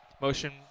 Motion